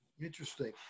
interesting